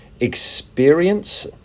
experience